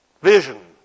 Vision